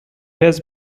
has